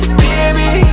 baby